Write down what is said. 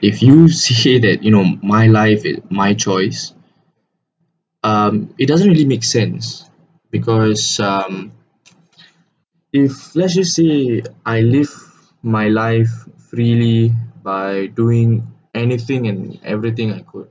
if you s~ say that you know my life it's my choice um it doesn't really make sense because um if let say say I live my life freely by doing anything and everything I could